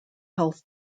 health